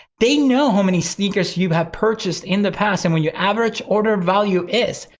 they know how many sneakers you have purchased in the past and what your average order value is,